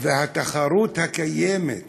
והתחרות קיימת